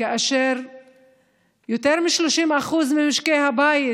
כאשר יותר מ-30% ממשקי הבית